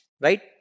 Right